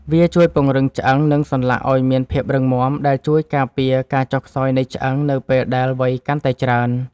វាជួយពង្រឹងឆ្អឹង និងសន្លាក់ឱ្យមានភាពរឹងមាំ ដែលជួយការពារការចុះខ្សោយនៃឆ្អឹងនៅពេលដែលវ័យកាន់តែច្រើន។